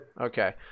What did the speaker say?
Okay